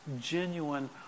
genuine